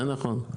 זה נכון.